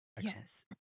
Yes